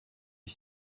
est